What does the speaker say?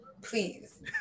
please